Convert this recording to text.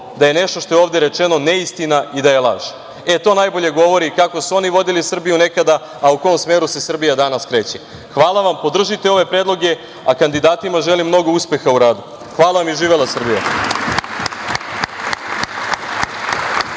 čuo nešto što je ovde rečeno neistina i da je laž. To najbolje govori kako su oni vodili Srbiju nekada, a u kom smeru se sada Srbija kreće. Hvala i podržite ove predloge. Kandidatima želim mnogo uspeha u radu. Hvala i živela Srbija.